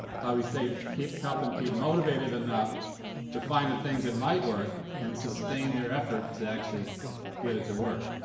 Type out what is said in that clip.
how do we say keep help them keep motivated enough to find the things that might work and sustain their effort to actually get it to work?